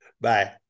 Bye